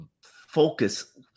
focus